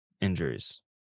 injuries